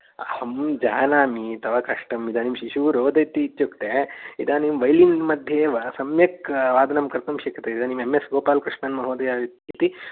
अहं जानामि तव कष्टम् इदानीं शिशुः रोदिति इत्युक्ते इदानीं वैलिन् मध्ये एव सम्यक् वादनं कर्तुं शक्यते इदानीं एम् एस् गोपालकृष्णन् महोदय इति